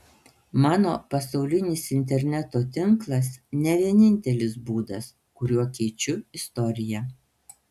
mano pasaulinis interneto tinklas ne vienintelis būdas kuriuo keičiu istoriją